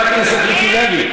חבר הכנסת מיקי לוי.